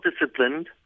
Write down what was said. disciplined